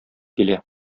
килә